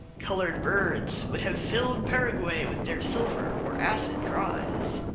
colored birds would have filled paraguay with their silver or acid cries.